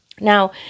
Now